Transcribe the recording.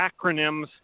acronyms